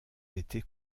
été